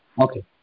okay